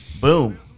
Boom